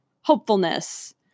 hopefulness